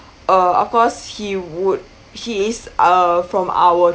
uh of course he would he is uh from our